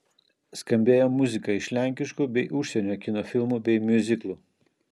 skambėjo muzika iš lenkiškų bei užsienio kino filmų bei miuziklų